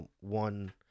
one